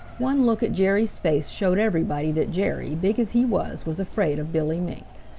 one look at jerry's face showed everybody that jerry, big as he was, was afraid of billy mink.